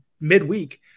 midweek